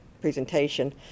presentation